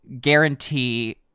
guarantee